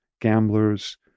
gamblers